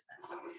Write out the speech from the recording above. business